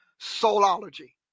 soulology